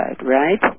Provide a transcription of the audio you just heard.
right